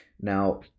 Now